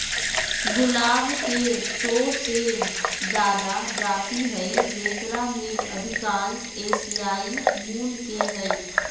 गुलाब के सो से जादा जाति हइ जेकरा में अधिकांश एशियाई मूल के हइ